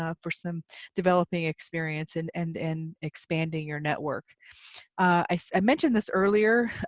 ah for some developing experience and and and expanding your network i mentioned this earlier,